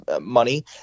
money